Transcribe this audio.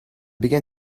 began